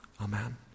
Amen